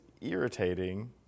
irritating